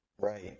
Right